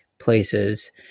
places